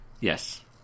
Yes